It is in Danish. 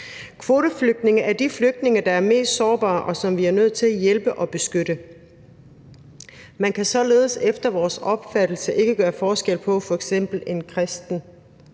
Kvoteflygtninge er de flygtninge, der er mest sårbare, og som vi er nødt til at hjælpe og beskytte. Man kan således efter vores opfattelse ikke gøre forskel på f.eks. en kristen